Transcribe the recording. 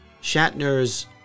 Shatner's